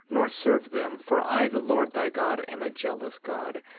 nor serve them for i the lord thy god am a jealous god,